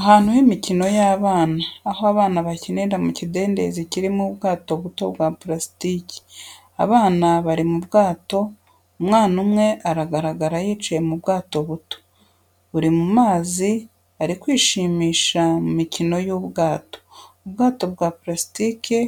Ahantu h'imikino y'abana, aho abana bakinira mu kidendezi kirimo ubwato buto bwa purasitiki. Abana bari mu bwato, umwana umwe aragaragara yicaye mu bwato buto, buri mu mazi ari kwishimisha mu mukino w’ubwato. Ubwato bwa purasitiki,